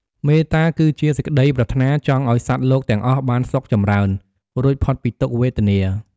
មេត្តា គឺជាសេចក្ដីប្រាថ្នាចង់ឱ្យសត្វលោកទាំងអស់បានសុខចម្រើន រួចផុតពីទុក្ខវេទនា។